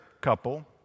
couple